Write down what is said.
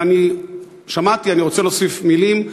אבל אני שמעתי, אני רוצה להוסיף מילים,